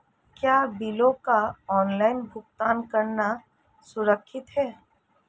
क्या बिलों का ऑनलाइन भुगतान करना सुरक्षित है?